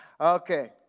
Okay